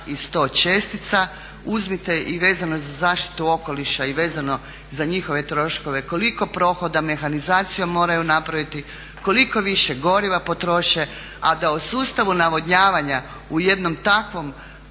i 100 čestica. Uzmite i vezano za zaštitu okoliša i vezano za njihove troškove koliko prohoda mehanizacije moraju napraviti, koliko više goriva potroše, a da o sustavu navodnjavanja u jednom takvom